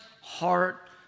heart